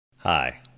Hi